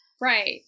Right